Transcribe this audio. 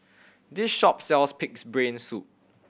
this shop sells Pig's Brain Soup